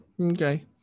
okay